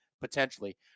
potentially